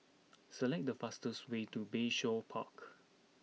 select the fastest way to Bayshore Park